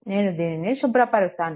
నేను దీనిని శుభ్రపరుస్తాను